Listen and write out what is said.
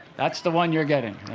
that's the one you're getting.